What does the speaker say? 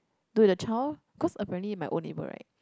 do with the child cause apparently my old neighbour right